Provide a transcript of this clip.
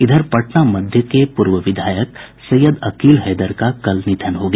इधर पटना मध्य के पूर्व विधायक सैयद अकील हैदर का कल निधन हो गया